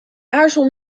aarzel